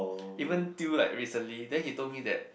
even till like recently then he told me that